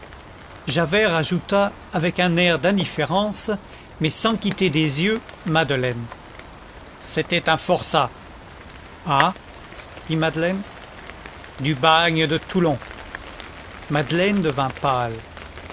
javert ajouta avec un air d'indifférence mais sans quitter des yeux madeleine c'était un forçat ah dit madeleine du bagne de toulon madeleine devint pâle